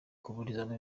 kuburizamo